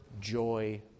joy